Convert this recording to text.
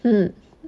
mm